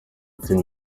utuye